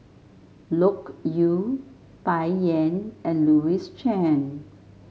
Loke Yew Bai Yan and Louis Chen